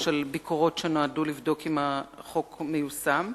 על ביקורות שנועדו לבדוק אם החוק מיושם,